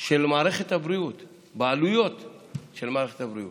של מערכת הבריאות, בעלויות של מערכת הבריאות.